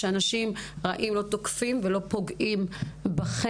שאנשים רעים לא תוקפים ופוגעים בו.